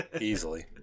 easily